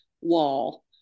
wall